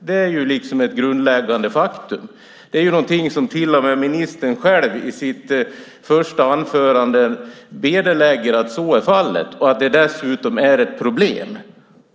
Det är ett grundläggande faktum. Till och med ministern själv medger i sitt första anförande att så är fallet och att det dessutom är ett problem.